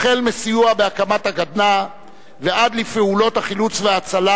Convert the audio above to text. מסיוע בהקמת הגדנ"ע ועד לפעולות החילוץ וההצלה